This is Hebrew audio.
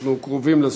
אנחנו קרובים לסוף.